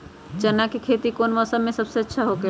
चाना के खेती कौन मौसम में सबसे अच्छा होखेला?